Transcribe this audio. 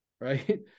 right